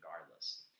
regardless